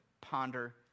ponder